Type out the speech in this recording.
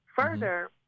Further